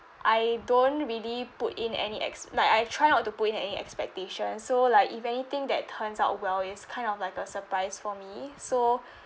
I don't really put in any ex~ like I try not to put in any expectation so like if anything that turns out well it's kind of like a surprise for me so